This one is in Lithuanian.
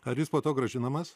ar jis po to grąžinamas